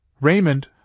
Raymond